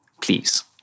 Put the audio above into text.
Please